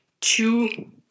two